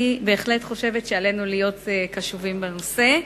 אני בהחלט חושבת שעלינו להיות קשובים לנושא.